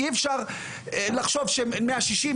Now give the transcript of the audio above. אי אפשר לחשוב מאה שישים,